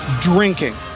drinking